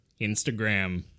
Instagram